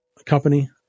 company